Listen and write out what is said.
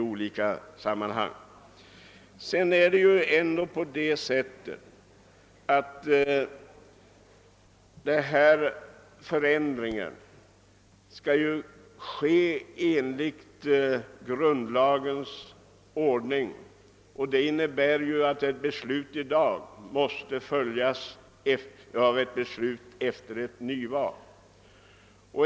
Även den förändring som nu föreslås skall ju företas enligt grundlagens ordning. Det innebär att ett beslut i dag måste följas av ett beslut efter ett nyval.